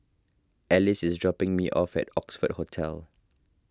Alice is dropping me off at Oxford Hotel